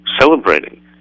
celebrating